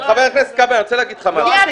חבר הכנסת כבל, אני רוצה לומר לך משהו.